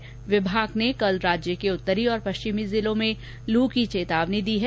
मौसम विभाग ने कल राज्य के उत्तरी और पश्चिमी जिलों में लू की चेतावनी जारी की है